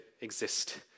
exist